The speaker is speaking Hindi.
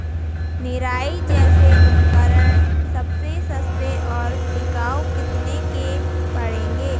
निराई जैसे उपकरण सबसे सस्ते और टिकाऊ कितने के पड़ेंगे?